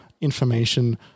information